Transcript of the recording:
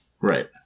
Right